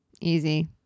easy